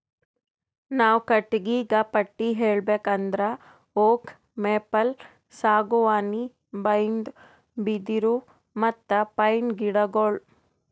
ನಾವ್ ಕಟ್ಟಿಗಿಗಾ ಪಟ್ಟಿ ಹೇಳ್ಬೇಕ್ ಅಂದ್ರ ಓಕ್, ಮೇಪಲ್, ಸಾಗುವಾನಿ, ಬೈನ್ದು, ಬಿದಿರ್, ಮತ್ತ್ ಪೈನ್ ಗಿಡಗೋಳು